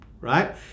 Right